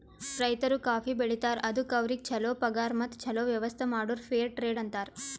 ರೈತರು ಕಾಫಿ ಬೆಳಿತಾರ್ ಅದುಕ್ ಅವ್ರಿಗ ಛಲೋ ಪಗಾರ್ ಮತ್ತ ಛಲೋ ವ್ಯವಸ್ಥ ಮಾಡುರ್ ಫೇರ್ ಟ್ರೇಡ್ ಅಂತಾರ್